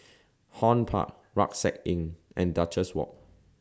Horne Park Rucksack Inn and Duchess Walk